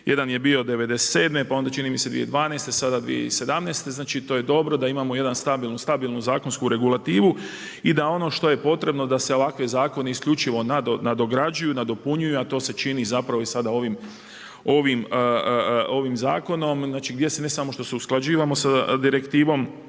Jedan je bio '97., pa onda čini mi se 2012., sada 2017. znači to je dobro da imamo jednu stabilnu zakonsku regulativu i da ono što je potrebno da se ovakvi zakoni isključivo nadograđuju i nadopunjuju, a to se čini i sada ovim zakonom, gdje ne samo što se usklađujemo sa direktivom